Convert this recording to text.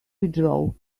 withdraw